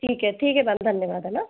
ठीक है ठीक है मैम धन्यवाद है ना